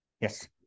yes